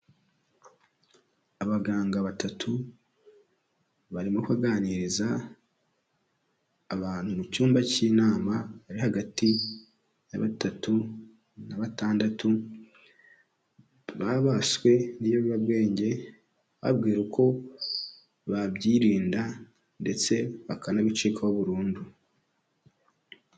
Abaganga batatu, barimo kuganiriza abantu mu cyumba cy'inama, bari hagati ya batatu na batandatu, babaswe n'ibiyobyabwenge, bababwira uko babyirinda ndetse bakanabicikaho burundu.